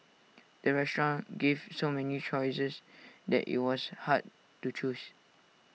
the restaurant gave so many choices that IT was hard to choose